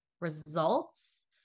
results